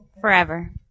Forever